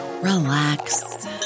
relax